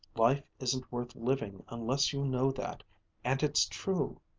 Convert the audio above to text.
life isn't worth living unless you know that and it's true.